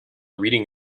reading